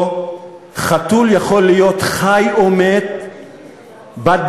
או חתול יכול להיות חי ומת בד-בבד,